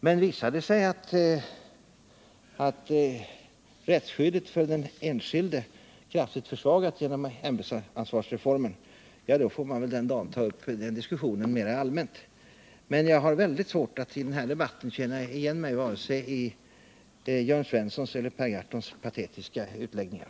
Den dag då det visar sig att rättsskyddet för den enskilde kraftigt försvagats genom ämbetsansvarsreformen får man väl ta upp den diskussionen mera allmänt, men jag har svårt att i den här debatten känna igen mig, vare sig i Jörn Svenssons eller i Per Gahrtons patetiska utläggningar.